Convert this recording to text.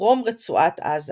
לדרום רצועת עזה.